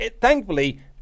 thankfully